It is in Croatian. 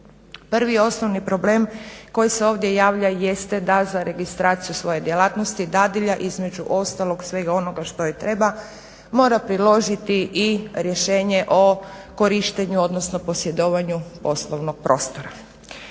Prvi osnovni problem koji se ovdje javlja jeste da za registraciju svoje djelatnosti dadilja između ostalog svega onoga što joj treba mora priložiti i rješenje o korištenju odnosno posjedovanju poslovnog prostora.